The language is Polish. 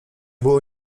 było